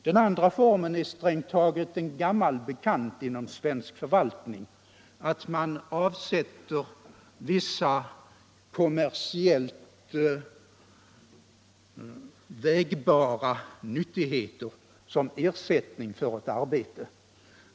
Den nuvarande formen är strängt taget en gammal bekant inom svensk förvaltning - man avsätter vissa kommersiellt vägbara nyttigheter som ersättning för ett arbete.